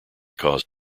cause